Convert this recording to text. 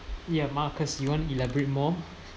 yeah Marcus you want elaborate more